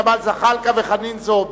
ג'מאל זחאלקה וחנין זועבי"